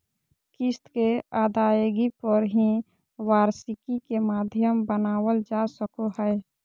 किस्त के अदायगी पर ही वार्षिकी के माध्यम बनावल जा सको हय